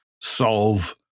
solve